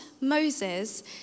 Moses